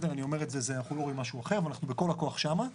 אנחנו לא רואים משהו אחר ואנחנו בכל הכוח שם.